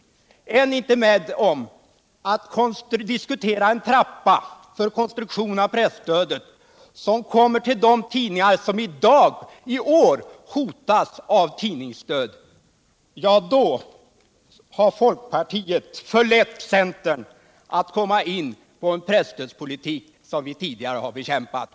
Är ni inte med om att diskutera en trappa som gör att presstödet kommer till de tidningar som i år hotas av tidningsdöd, då har folkpartiet förlett centern att komma in på en presstödspolitik som vi tidigare tillsammans har bekämpat.